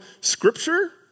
scripture